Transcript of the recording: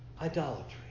Idolatry